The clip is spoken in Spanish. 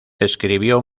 escribió